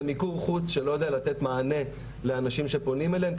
זה ניכור חוץ שלא יודע לתת מענה לאנשים שפונים אליהם,